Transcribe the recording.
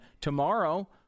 tomorrow